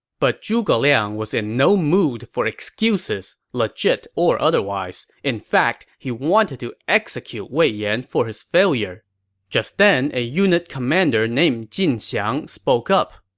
but zhuge liang was in no mood for excuses, legit or otherwise. in fact, he wanted to execute wei yan for his failure just then, a unit commander named jin xiang spoke up